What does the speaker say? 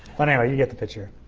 but anyway, you get the picture.